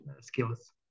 skills